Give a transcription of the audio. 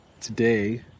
today